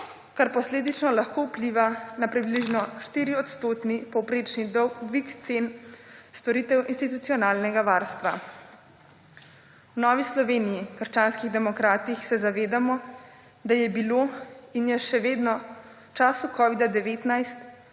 kar posledično lahko vpliva na približno 4 odstotni povprečni dolg dvig cen storitev institucionalnega varstva. V Novi Sloveniji – krščanski demokrati se zavedamo, da je bilo in je še vedno v času Covid-19